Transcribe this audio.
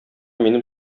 минем